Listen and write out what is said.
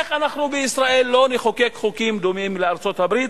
איך אנחנו בישראל לא נחוקק חוקים דומים לארצות-הברית?